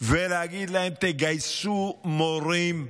ולהגיד להם: תגייסו מורים פנסיונרים,